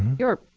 your